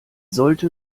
sollte